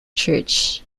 church